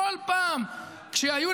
כל פעם כשהיו,